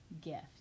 gift